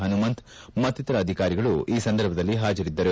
ಪನುಮಂತ್ ಮಕ್ತಿತರ ಅಧಿಕಾರಿಗಳು ಹಾಜರಿದ್ದರು